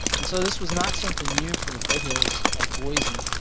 and so this was not something new for the foothills of boise.